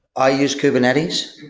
i use kubernetes.